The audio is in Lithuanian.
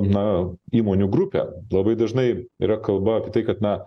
na įmonių grupę labai dažnai yra kalba apie tai kad na